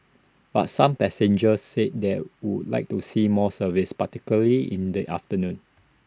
but some passengers said they would like to see more services particularly in the afternoon